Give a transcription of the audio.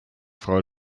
frau